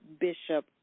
Bishop